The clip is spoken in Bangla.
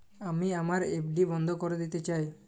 আমি আমার এফ.ডি বন্ধ করে দিতে চাই